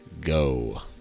go